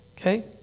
Okay